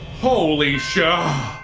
holy show